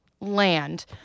land